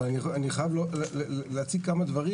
אבל אני חייב להציג כמה דברים,